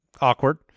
Awkward